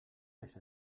més